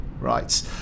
right